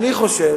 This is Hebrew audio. אני חושב